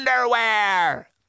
underwear